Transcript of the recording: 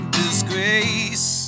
disgrace